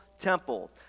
temple